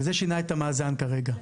וזה שינה את המאזן כרגע.